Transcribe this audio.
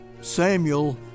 Samuel